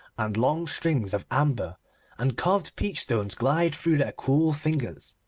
and long strings of amber and carved peach-stones glide through their cool fingers.